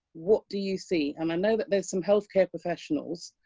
what do you see? and i know that there's some healthcare professionals